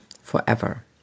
forever